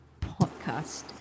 Podcast